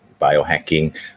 biohacking